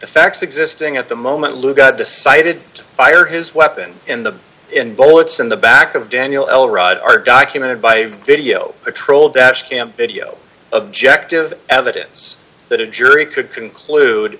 facts existing at the moment lou got decided to fire his weapon in the in bullets in the back of daniel l right are documented by video patrol dash cam video objective evidence that a jury could conclude